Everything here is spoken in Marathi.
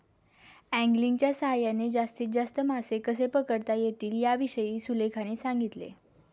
अँगलिंगच्या सहाय्याने जास्तीत जास्त मासे कसे पकडता येतील याविषयी सुलेखाने सांगितले